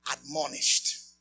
Admonished